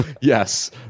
yes